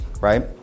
right